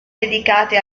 dedicate